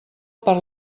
per